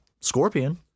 scorpion